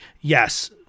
yes